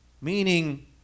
meaning